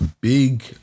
big